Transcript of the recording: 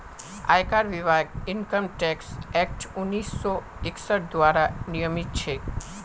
आयकर विभाग income tax act उन्नीस सौ इकसठ द्वारा नियमित छेक